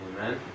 Amen